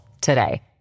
today